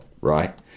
right